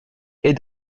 est